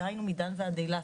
דהיינו מדן ועד אילת,